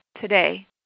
today